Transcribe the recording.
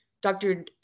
Dr